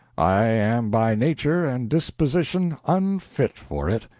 i am by nature and disposition unfit for it,